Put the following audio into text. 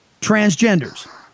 transgenders